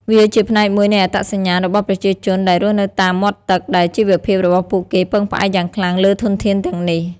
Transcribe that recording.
វាជាផ្នែកមួយនៃអត្តសញ្ញាណរបស់ប្រជាជនដែលរស់នៅតាមមាត់ទឹក ដែលជីវភាពរបស់ពួកគេពឹងផ្អែកយ៉ាងខ្លាំងលើធនធានទាំងនេះ។